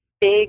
big